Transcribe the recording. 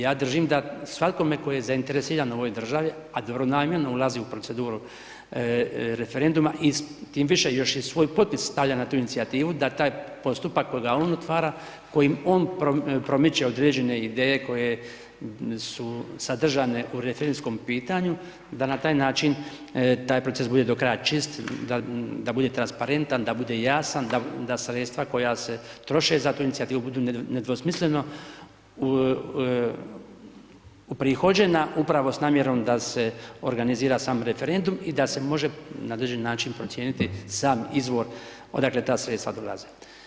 Ja držim da svakome tko je zainteresiran u ovoj državi, a dobronamjerno ulazi u proceduru referenduma, i time više još i svoj potpis stavlja na tu inicijativu, da taj postupak koga on otvara, kojim on promiče određene ideje koje su sadržane u referendumskom pitanju da na taj način taj proces bude do kraja čist, da bude transparentan, da bude jasan, da sredstva koja se troše za tu inicijativu budu nedvosmisleno uprihođena upravo s namjerom da se organizira sam referendum i da se može na određeni način procijeniti sam izvor odakle ta sredstva dolaze.